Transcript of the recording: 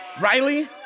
Riley